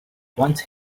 once